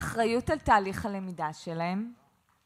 אחריות על תהליך הלמידה שלהם